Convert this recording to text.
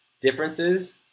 differences